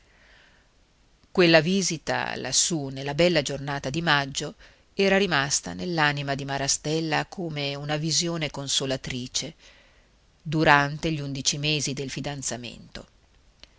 quella visita lassù nella bella giornata di maggio era rimasta nell'anima di marastella come una visione consolatrice durante gli undici mesi del fidanzamento